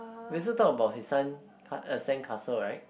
we also talk about his son uh sand castle right